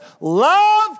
love